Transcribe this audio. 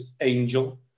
angel